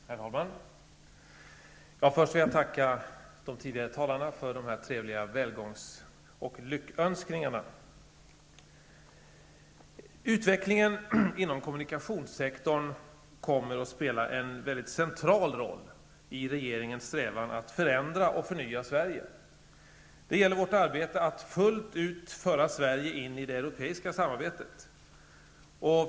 Herr talman! Först vill jag tacka de tidigare talarna för de trevliga välkomst och lyckönskningarna. Utvecklingen inom kommunikationssektorn kommer att spela en central roll i regeringens strävan att förändra och förnya Sverige. Det gäller vårt arbete att fullt ut föra Sverige in i det europeiska samarbetet.